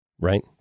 right